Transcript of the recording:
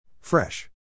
Fresh